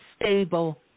stable